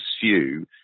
pursue